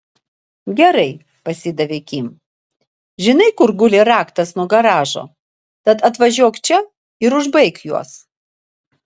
gerai pasidavė kim žinai kur guli raktas nuo garažo tad atvažiuok čia ir užbaik juos